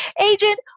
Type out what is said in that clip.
agent